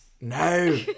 No